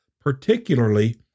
particularly